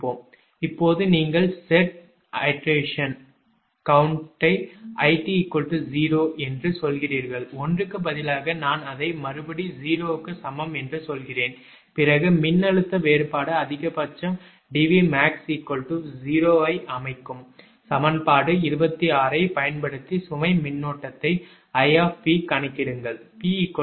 2 இப்போது நீங்கள் set iteration கவுண்ட்டை 𝐼𝑇 0 என்று சொல்கிறீர்கள் 1 க்கு பதிலாக நான் அதை மறுபடி 0 க்கு சமம் என்று சொல்கிறேன் பிறகு 3 மின்னழுத்த வேறுபாடு அதிகபட்சம் 𝐷𝑉𝑀𝐴𝑋 0 ஐ அமைக்கவும் சமன்பாடு 26 ஐப் பயன்படுத்தி சுமை மின்னோட்டத்தைக் 𝑖𝑝 கணக்கிடுங்கள் 𝑝 23